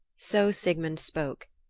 so sigmund spoke,